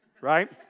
right